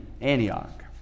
Antioch